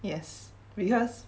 yes because